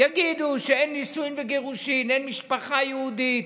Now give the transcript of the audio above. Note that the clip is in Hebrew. יגידו שאין נישואים וגירושים, אין משפחה יהודית,